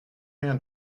rien